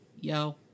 Yo